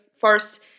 first